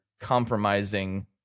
compromising